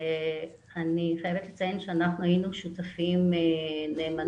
אני חייבת לציין שאנחנו היינו שותפים נאמנים